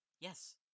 Yes